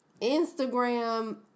instagram